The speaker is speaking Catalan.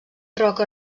roca